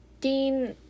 Dean